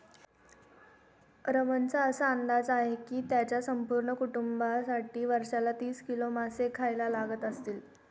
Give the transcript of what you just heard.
रमणचा असा अंदाज आहे की त्याच्या संपूर्ण कुटुंबासाठी वर्षाला तीस किलो मासे खायला लागत असतील